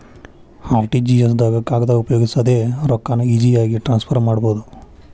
RTGS ದಾಗ ಕಾಗದ ಉಪಯೋಗಿಸದೆ ರೊಕ್ಕಾನ ಈಜಿಯಾಗಿ ಟ್ರಾನ್ಸ್ಫರ್ ಮಾಡಬೋದು